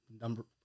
Number